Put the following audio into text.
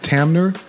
Tamner